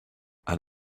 and